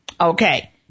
Okay